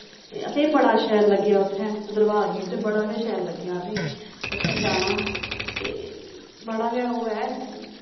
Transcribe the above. ते असेंगी बड़ा शैल लग्गेआ उत्थै भद्रवाह् गे ते बड़ा गै शैल लग्गेआ असेंगी उत्थें जाना ते बड़ा गै ओह् ऐ